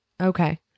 Okay